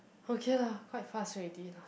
okay lah quite fast already